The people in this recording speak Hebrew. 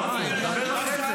לא הפוך.